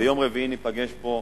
וביום רביעי ניפגש פה,